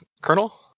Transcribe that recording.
Colonel